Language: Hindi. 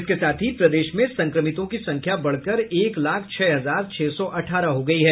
इसके साथ ही प्रदेश में संक्रमितों की संख्या बढ़कर एक लाख छह हजार छह सौ अठारह हो गयी है